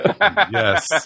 Yes